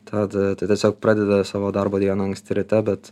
tad tai tiesiog pradeda savo darbo dieną anksti ryte bet